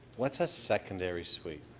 what is a secondary suite?